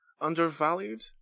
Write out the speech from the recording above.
undervalued